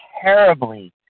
terribly